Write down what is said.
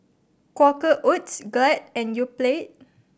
Quaker Oats Glad and Yoplait